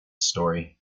story